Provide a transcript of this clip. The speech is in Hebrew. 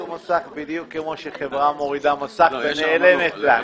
בדיוק כמו שחברה מורידה מסך ונעלמת לנו.